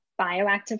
Bioactive